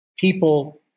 people